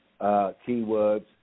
keywords